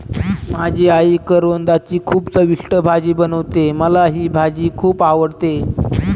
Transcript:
माझी आई करवंदाची खूप चविष्ट भाजी बनवते, मला ही भाजी खुप आवडते